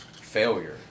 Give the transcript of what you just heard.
failure